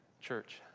church